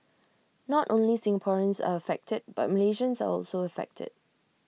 not only Singaporeans are affected but Malaysians are also affected